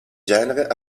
genere